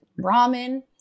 ramen